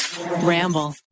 ramble